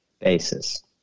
basis